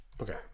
Okay